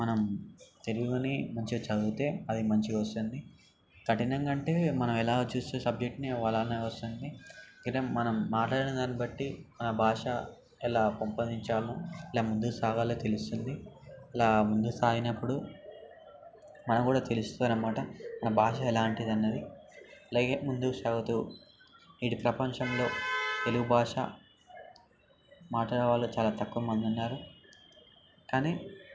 మనం తెలుగుని మంచిగా చదివితే అది మంచిగా వస్తుంది కఠినంగా అంటే మనం ఎలా చూస్తే సబ్జెక్ట్ని అలానే వస్తుంది ఈడ మనం మాట్లాడేదాన్ని బట్టి మన భాష ఎలా పెంపొందించాలో ఎలా ముందు సాగాలో తెలుస్తుంది ఎలా ముందు సాగినప్పుడు మనం కూడా తెలుస్తుందన్నమాట మన భాష ఎలాంటిది అన్నది ఇలాగే ముందుకు సాగుతూ ఇట్టి ప్రపంచంలో తెలుగు భాష మాట్లాడే వాళ్ళు చాలా తక్కువ మంది ఉన్నారు కానీ